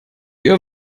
ihr